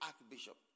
archbishop